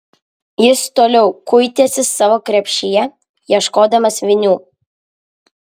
jis toliau kuitėsi savo krepšyje ieškodamas vinių